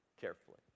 carefully